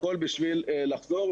והכל כדי לחזור.